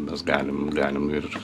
mes galim galim ir